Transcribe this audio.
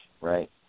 right